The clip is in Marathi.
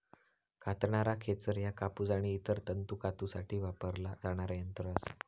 कातणारा खेचर ह्या कापूस आणि इतर तंतू कातूसाठी वापरला जाणारा यंत्र असा